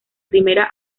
primera